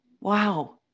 Wow